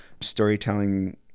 storytelling